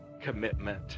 commitment